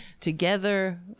together